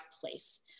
place